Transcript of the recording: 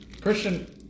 Christian